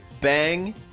Bang